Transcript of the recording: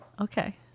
Okay